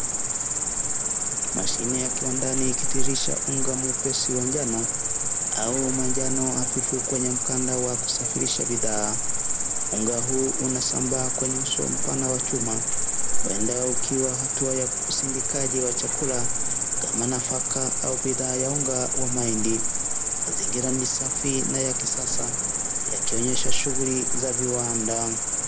Mashine ikiwa ndani ikitiririsha unga mwepesi wa njano au manjano hafifu kwenye mkanda wa kusafirisha bidhaa. Unga huu unasambaa kwenye uso mpana wa chuma, huenda ukiwa hatua ya usindikaji wa chakula kama nafaka au bidhaa ya unga wa mahindi. Mazingira ni safi na ya kisasa yakionyesha shughuli za viwanda.